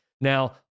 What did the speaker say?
Now